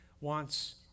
wants